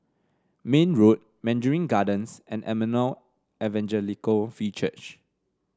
Mayne Road Mandarin Gardens and Emmanuel Evangelical Free Church